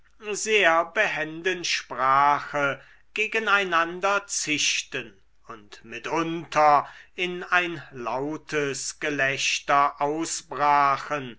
sehr behenden sprache gegeneinander zischten und mitunter in ein lautes gelächter ausbrachen